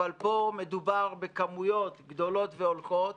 אבל פה מדובר בכמויות גדלות והולכות